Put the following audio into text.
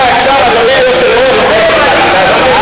אתה יודע, אפשר, אדוני היושב-ראש, מה אתה מאמין